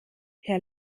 herr